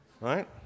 right